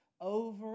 over